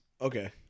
Okay